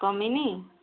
କମିନି